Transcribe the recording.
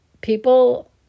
people